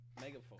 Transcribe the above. megaphone